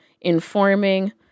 informing